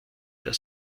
der